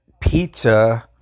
pizza